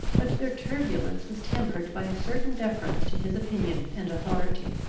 but their turbulence was tempered by a certain deference to his opinion and authority.